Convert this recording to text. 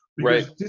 right